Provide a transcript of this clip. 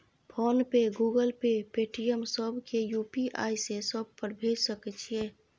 Phone पे, Google Pay, Paytm, सब के UPI से सब पर भेज सके छीयै?